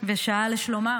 ושאל לשלומה,